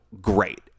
great